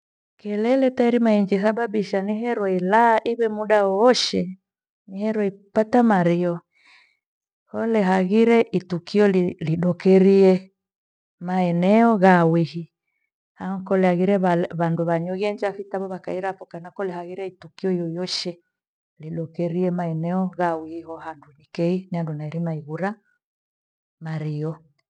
Kelele tairima injisababisha niherwa ilalaa iwe muda wowoshe ni hirwe ipata marioo. Kole aghire itukio lidokerie maeno gha hawihi. Ah nkole aghire va- le- vandu vanywegenja huki tavo vyakairapho kana kole haghire itukio loloshe lirukerie maeneo ghaweiweho handu nikei nyandu ndeirima igura nario.